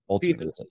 Peter